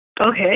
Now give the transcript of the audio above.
Okay